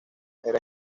era